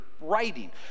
writing—